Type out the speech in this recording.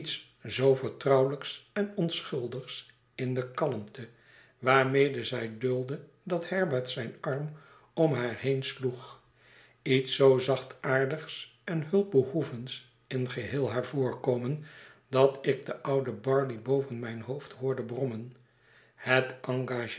zoo vertrouwehjks en onschuldigs in de kalmte waarmede z'tj duldde dat herbert zijn arm om haar heen sloeg iets zoo zachtaardigs en hulpbehoevends in geheel haar voorkomen dat ik den ouden barley boven mijn hoofd hoorende brommen net